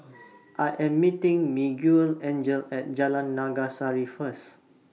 I Am meeting Miguelangel At Jalan Naga Sari First